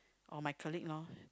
oh my colleague loh